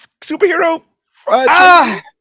superhero